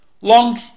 long